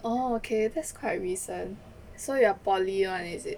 orh okay that's quite recent so you are poly [one] is it